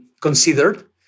considered